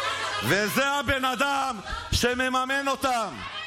הבן אדם שופך עליכם כספים.